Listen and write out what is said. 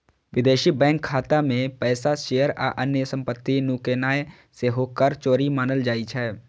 विदेशी बैंक खाता मे पैसा, शेयर आ अन्य संपत्ति नुकेनाय सेहो कर चोरी मानल जाइ छै